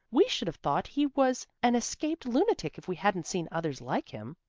we should have thought he was an escaped lunatic if we hadn't seen others like him.